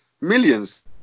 millions